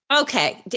Okay